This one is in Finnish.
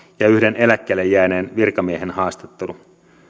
ja yhden eläkkeelle jääneen virkamiehen haastattelu